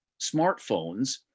smartphones